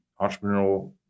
entrepreneurial